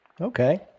Okay